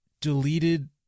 deleted